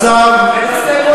גם בדיון הזה?